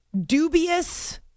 dubious